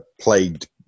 plagued